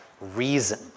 reason